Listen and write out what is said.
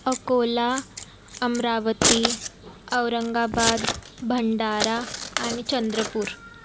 अकोला अमरावती औरंगाबाद भंडारा आणि चंद्रपूर